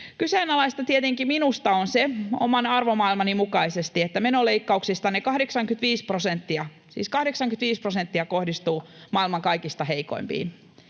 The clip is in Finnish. Kyseenalaista tietenkin minusta on se, oman arvomaailmani mukaisesti, että menoleikkauksistanne 85 prosenttia, siis 85 prosenttia, kohdistuu maailman kaikista heikoimpiin: